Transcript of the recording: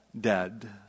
dead